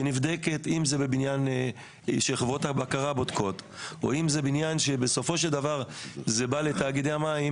תוכנית שנבדקת על ידי חברות הבקרה או שתאגידי המים